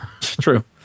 True